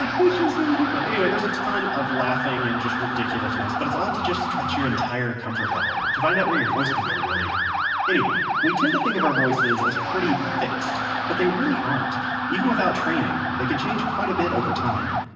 it's yeah just so ridiculous. anyway there's a ton of laughing and just ridiculousness. but its all to just stretch your entire comfort level, to find out where your voice can go, really anyway, we tend to think of our voices as pretty fixed. but they really aren't even without training, they can change quite a bit over time.